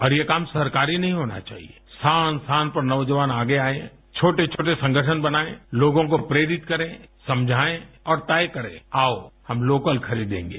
और ये काम सरकारी नहीं होना चाहिए स्थान स्थान पर नौजवान आगे आएं छोटे छोटे संगठन बनायें लोगों को प्रेरित करें समझाएं और तय करें आओ हम लोकल खरीदेंगे